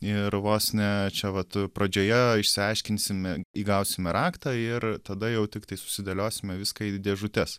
ir vos ne čia vat pradžioje išsiaiškinsime įgausime raktą ir tada jau tiktai susidėliosime viską į dėžutes